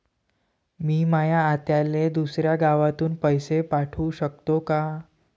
मी माया आत्याले दुसऱ्या गावातून पैसे पाठू शकतो का?